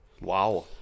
wow